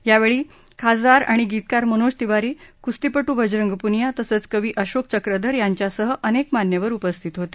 यावेळी खासदार आणि गीतकार मनोज तिवारी कुस्तीपटू बजरंग पुनिया तसंच कवी अशोक चक्रधर यांच्यासह अनेक मान्यवर उपस्थित होते